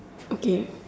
okay